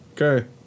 Okay